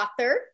author